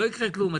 לא יקרה כלום,